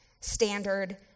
standard